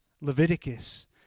Leviticus